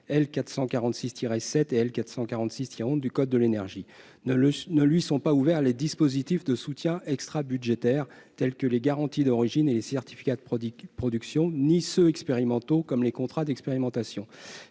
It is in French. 446-7 à L. 446-11 du code de l'énergie ; ne lui sont pas ouverts les dispositifs de soutien extrabudgétaires, comme les garanties d'origine et les certificats de production, ni les dispositifs expérimentaux, comme les contrats d'expérimentation.